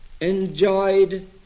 enjoyed